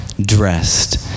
dressed